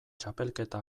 txapelketa